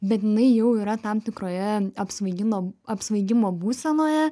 bet jinai jau yra tam tikroje apsvaigino apsvaigimo būsenoje